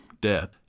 death